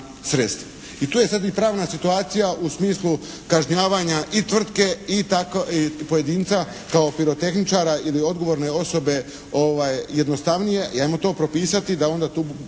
I tu je sada i pravna situacija u smislu kažnjavanja i tvrtke i pojedinca kao pirotehničara ili odgovorne osobe jednostavnije